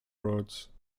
roads